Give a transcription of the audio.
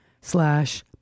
slash